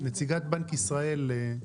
נציגת בנק ישראל,